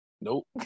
Nope